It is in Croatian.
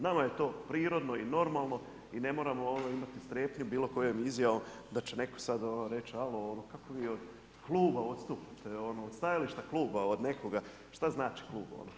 Nama je to prirodno i normalno i ne moramo imati strepnju bilokojom izjavom da će netko sada reći alo, kako vi od kluba odstupat, od stajališta kluba, od nekoga, šta znači klub.